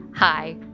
Hi